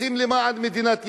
עושים למען מדינת ישראל.